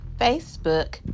Facebook